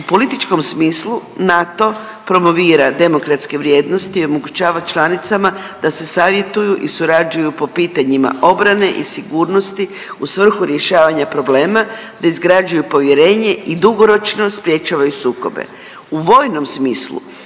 U političkom smislu NATO promovira demokratske vrijednosti i omogućava članicama da se savjetuju i surađuju po pitanjima obrane i sigurnosti u svrhu rješavanja problema, da izgrađuju povjerenje i dugoročno sprječavaju sukobe.